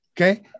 okay